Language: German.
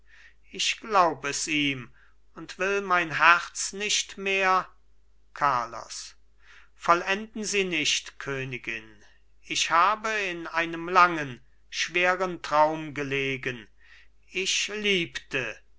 ich glaub es ihm und will mein herz nicht mehr carlos vollenden sie nicht königin ich habe in einem langen schweren traum gelegen ich liebte